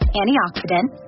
antioxidant